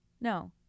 No